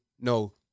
no